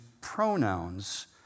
pronouns